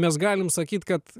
mes galim sakyt kad